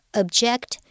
object